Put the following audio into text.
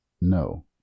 No